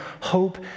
hope